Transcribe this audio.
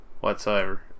whatsoever